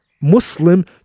Muslim